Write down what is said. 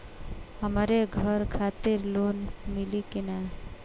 हमरे घर खातिर लोन मिली की ना?